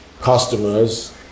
customers